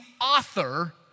author